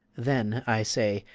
then, i say,